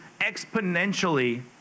exponentially